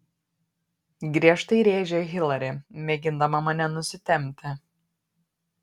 griežtai rėžia hilari mėgindama mane nusitempti